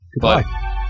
Goodbye